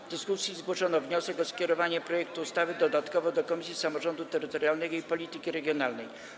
W dyskusji zgłoszono wniosek o skierowanie projektu ustawy dodatkowo do Komisji Samorządu Terytorialnego i Polityki Regionalnej.